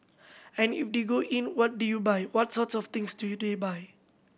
and if they go in what do you buy what sort of things do they buy